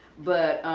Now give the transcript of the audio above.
but